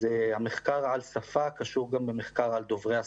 המחקר על שפה קשור גם במחקר על דוברי השפה.